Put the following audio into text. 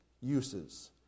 uses